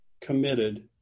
committed